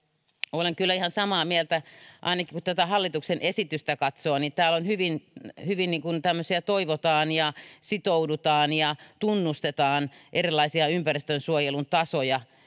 olen kyllä ihan samaa mieltä ainakin kun tätä hallituksen esitystä katsoo niin täällä on hyvin hyvin tämmöistä toivotaan ja sitoudutaan ja tunnustetaan erilaisia ympäristönsuojelun tasoja